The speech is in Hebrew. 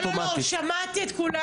לא, לא, שמעתי את כולם.